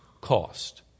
cost